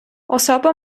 особа